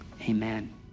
Amen